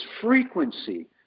frequency